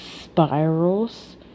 spirals